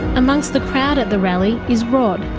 amongst the crowd at the rally is rod.